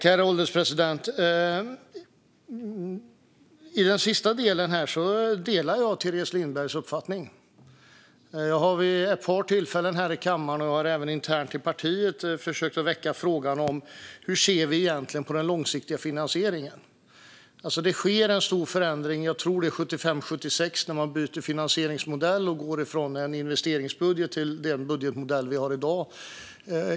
Herr ålderspresident! I den sista delen delar jag Teres Lindbergs uppfattning. Jag har vid ett par tillfällen här i kammaren och även internt i partiet försökt väcka frågan om hur vi egentligen ska se på den långsiktiga finansieringen. Det skedde en stor förändring 1975/76, tror jag att det var, där man bytte finansieringsmodell och gick från en investeringsbudget till den budgetmodell vi har i dag.